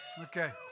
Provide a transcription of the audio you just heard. Okay